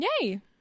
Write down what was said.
Yay